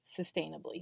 sustainably